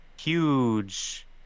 huge